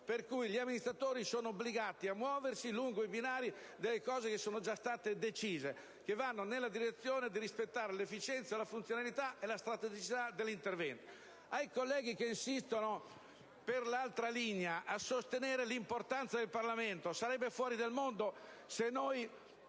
Gli amministratori sono pertanto obbligati a muoversi lungo i binari delle cose che sono già state decise, che vanno nella direzione di rispettare l'efficienza, la funzionalità e la strategicità dell'intervento. Ai colleghi che insistono per l'altra linea, a sostenere l'importanza del Parlamento, dico che sarebbe fuori dal mondo se noi